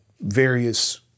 various